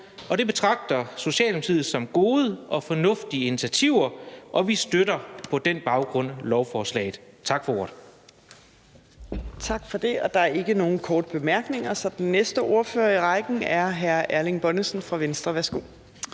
det betragter Socialdemokratiet som gode og fornuftige initiativer. Vi støtter på denne baggrund lovforslaget. Tak for ordet.